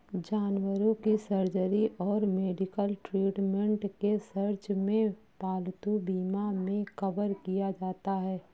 जानवरों की सर्जरी और मेडिकल ट्रीटमेंट के सर्च में पालतू बीमा मे कवर किया जाता है